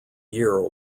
year